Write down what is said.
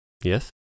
Yes